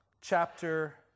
chapter